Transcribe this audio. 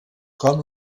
com